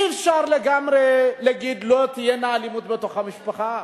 אי-אפשר להגיד: לא תהיה לגמרי אלימות בתוך המשפחה,